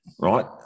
right